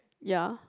ya